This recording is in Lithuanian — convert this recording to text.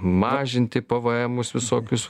mažinti pvemus visokius